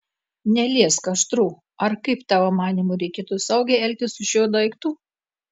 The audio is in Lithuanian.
neliesk aštru ar kaip tavo manymu reikėtų saugiai elgtis su šiuo daiktu